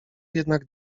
jednak